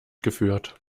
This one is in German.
geführt